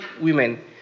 women